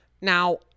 Now